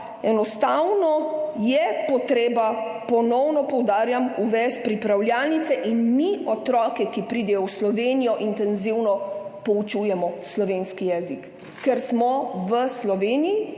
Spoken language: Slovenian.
enostavno potreba, ponovno poudarjam, uvesti pripravljalnice in da mi otroke, ki pridejo v Slovenijo, intenzivno poučujemo slovenski jezik. Ker smo v Sloveniji,